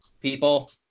people